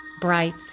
bright